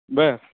बरं